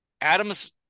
Adams